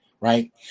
right